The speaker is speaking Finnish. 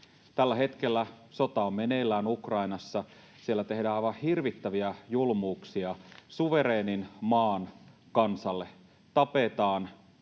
Tällä hetkellä sota on meneillään Ukrainassa. Siellä tehdään aivan hirvittäviä julmuuksia suvereenin maan kansalle: tapetaan